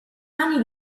anni